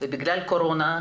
ובגלל הקורונה,